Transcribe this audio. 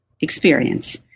experience